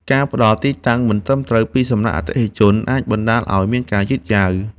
ការផ្ដល់ទីតាំងមិនត្រឹមត្រូវពីសំណាក់អតិថិជន អាចបណ្ដាលឱ្យមានការយឺតយ៉ាវ។